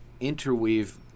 interweave